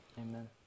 Amen